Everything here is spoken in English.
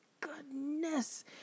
goodness